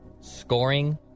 Scoring